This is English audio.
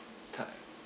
thai